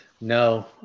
No